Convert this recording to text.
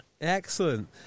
excellent